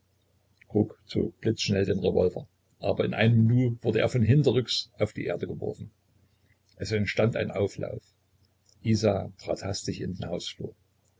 kruk zog blitzschnell den revolver aber in einem nu wurde er von hinterrücks auf die erde geworfen es entstand ein auflauf isa trat hastig in den hausflur